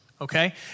Okay